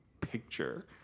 picture